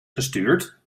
gestuurd